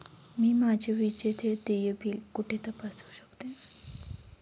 मी माझे विजेचे देय बिल कुठे तपासू शकते?